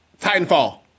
Titanfall